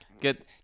good